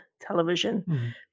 television